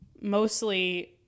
mostly